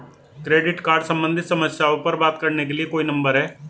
Credit card सम्बंधित समस्याओं पर बात करने के लिए कोई नंबर है?